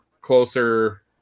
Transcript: closer